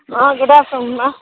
ஆ good ஆஃப்டர்நூன்ம்மா